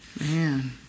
Man